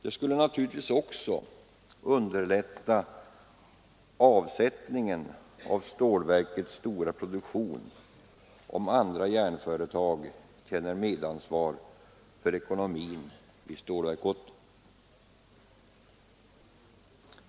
Det skulle naturligtvis också underlätta avsättningen av stålverkets stora produktion, om andra järnföretag har medansvar för ekonomin vid Stålverk 80.